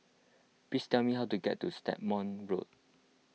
please tell me how to get to Stagmont Road